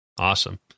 Awesome